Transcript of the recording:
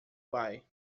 vai